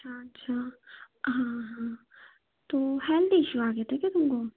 अच्छा अच्छा हाँ हाँ तो हेल्थ इशू आ गया था क्या तुमको